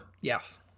yes